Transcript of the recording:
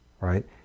right